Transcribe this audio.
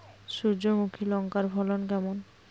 সূর্যমুখী লঙ্কার ফলন কেমন?